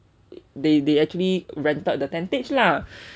they they actually rented the tentage lah